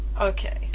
okay